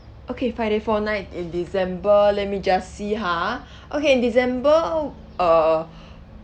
okay five day four night in december let me just see ha okay december uh